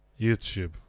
YouTube